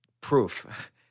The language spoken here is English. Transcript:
proof